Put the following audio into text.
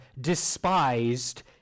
despised